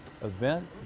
event